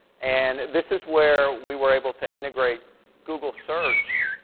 and this is where we were able to integrate google search,